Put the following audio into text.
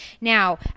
Now